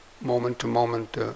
moment-to-moment